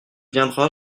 viendra